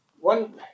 one